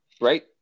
right